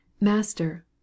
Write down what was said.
Master